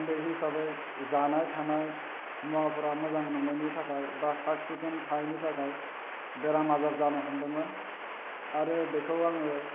उन्दै हिसाबै जानाय थानाय मुवाफोरा मोजां नङैनि थाखाय बा साब सिखोन थायैनि थाखाय बेरामा जाजानो हमदोंमोन आरो बेखौ आङो